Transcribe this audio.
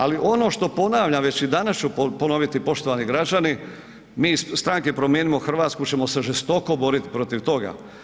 Ali ono što ponavljam već i danas ću ponoviti poštovani građani, mi iz stranke Promijenimo Hrvatsku ćemo se žestoko boriti protiv toga.